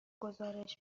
گزارش